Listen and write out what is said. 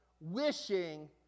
wishing